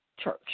church